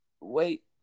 Wait